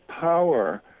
power